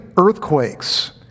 earthquakes